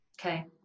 Okay